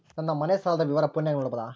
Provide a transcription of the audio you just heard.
ನನ್ನ ಮನೆ ಸಾಲದ ವಿವರ ಫೋನಿನಾಗ ನೋಡಬೊದ?